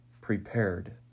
prepared